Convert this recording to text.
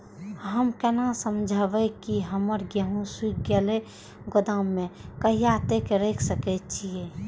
हम केना समझबे की हमर गेहूं सुख गले गोदाम में कहिया तक रख सके छिये?